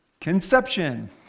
Conception